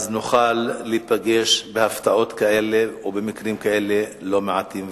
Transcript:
אז נוכל להיפגש בהפתעות כאלה ובמקרים לא מעטים כאלה,